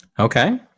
Okay